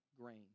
grain